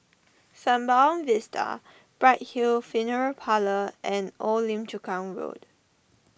Sembawang Vista Bright Hill Funeral Parlour and Old Lim Chu Kang Road